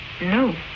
No